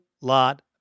lot